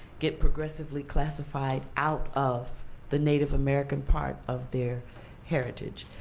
get progressively classified out of the native american part of their heritage.